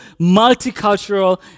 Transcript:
multicultural